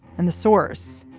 and the source.